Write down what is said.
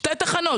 שתי תחנות.